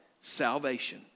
Salvation